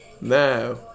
Now